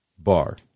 bar